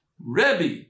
rebbe